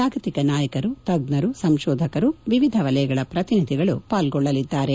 ಜಾಗತಿಕ ನಾಯಕರು ತಜ್ಞರು ಸಂಶೋಧಕರು ವಿವಿಧ ವಲಯಗಳ ಪ್ರತಿನಿಧಿಗಳು ಪಾಲ್ಗೊಳ್ಳಲಿದ್ದಾರೆ